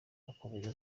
akomeza